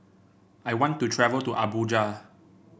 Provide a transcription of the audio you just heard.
I want to travel to Abuja